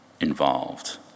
involved